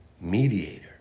mediator